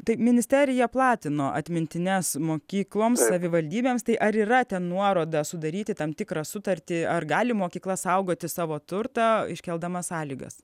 tai ministerija platino atmintines mokykloms savivaldybėms tai ar yra ten nuoroda sudaryti tam tikrą sutartį ar gali mokykla saugoti savo turtą iškeldama sąlygas